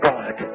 God